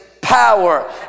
power